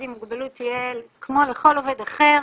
עם מוגבלות תהיה כמו לכל עובד אחר,